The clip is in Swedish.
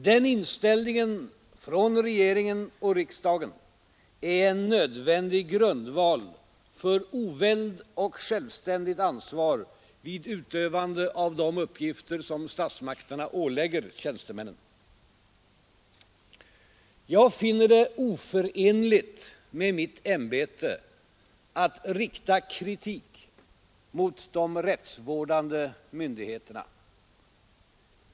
Den inställningen från regeringen och riksdagen är en nödvändig grundval för oväld och självständigt ansvar vid utövande av de uppgifter som statsmakterna ålägger tjänstemännen. Jag finner det oförenligt med mitt ämbete att rikta kritik mot de rättsvårdande myndigheterna.